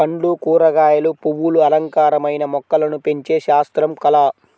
పండ్లు, కూరగాయలు, పువ్వులు అలంకారమైన మొక్కలను పెంచే శాస్త్రం, కళ